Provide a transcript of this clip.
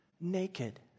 naked